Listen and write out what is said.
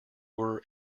were